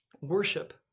Worship